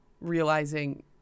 realizing